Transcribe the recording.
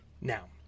Now